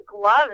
gloves